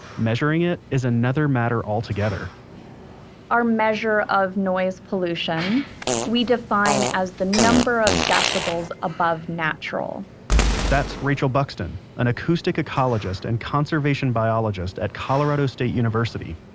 measuring it is another matter altogether our measure of noise pollution we define as the number of decibels above natural that's rachel buxton, an acoustic ecologist and conservation biologist at colorado state university.